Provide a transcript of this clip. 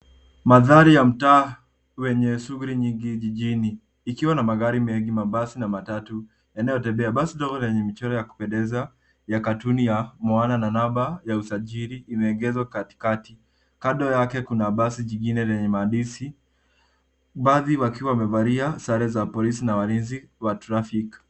Mandhari ya mtaa wenye shughuli nyingi jijini. Ikiwa na magari mengi mabasi na matatu yanayo tembea. Basi ndogo lenye michoro ya kuoendeza ya katuni ya mwana na namba ya Usajili imeegeshwa katikati. Kando yake kuna basi jingine lenye maandishi baadhi wakiwa wamevalia sare za polisi na walinzi wa trafiki.